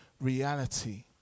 reality